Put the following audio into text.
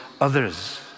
others